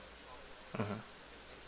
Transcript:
(uh huh)